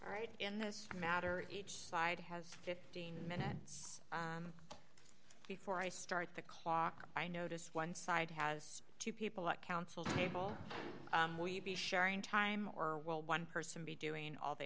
right in this matter each side has fifteen minutes before i start the clock i notice one side has two people at council table we'd be sharing time or well one person be doing all the